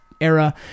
era